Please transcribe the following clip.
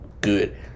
good